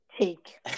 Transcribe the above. take